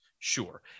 Sure